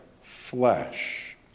flesh